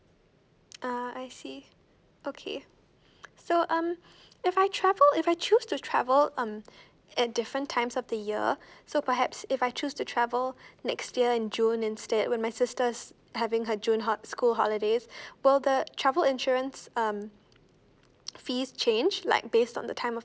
uh I see okay so um if I travel if I choose to travel um at different times of the year so perhaps if I choose to travel next year in june instead when my sister is having her june ho~ school holidays will the travel insurance um fees change like based on the time of